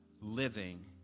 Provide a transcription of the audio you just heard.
living